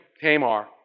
Tamar